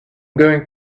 going